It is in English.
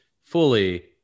fully